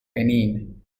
benin